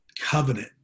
covenant